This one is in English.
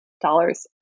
dollars